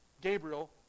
Gabriel